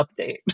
update